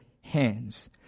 hands